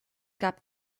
gab